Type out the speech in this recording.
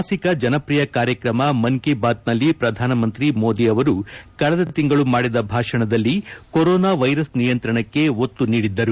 ಮಾಸಿಕ ಜನಪ್ರಿಯ ಕಾರ್ಯಕ್ರಮ ಮನ್ ಕಿ ಬಾತ್ನಲ್ಲಿ ಪ್ರಧಾನಿ ಮೋದಿ ಅವರು ಕಳೆದ ತಿಂಗಳು ಮಾಡಿದ ಭಾಷಣದಲ್ಲಿ ಕೊರೋನಾ ವೈರಸ್ ನಿಯಂತ್ರಣಕ್ಕೆ ಒತ್ತು ನೀಡಿದ್ದರು